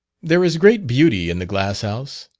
there is great beauty in the glass house.